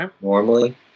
normally